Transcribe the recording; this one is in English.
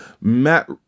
Matt